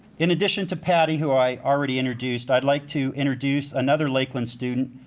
in addition to patty who i already introduced, i'd like to introduce another lakeland student,